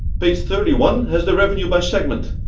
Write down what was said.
page thirty one has the revenue by segment.